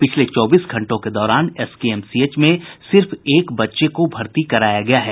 पिछले चौबीस घंटों के दौरान एसकेएमसीएच में सिर्फ एक बच्चे को भर्ती कराया गया है